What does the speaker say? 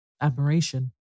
admiration